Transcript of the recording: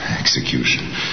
Execution